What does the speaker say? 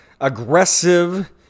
aggressive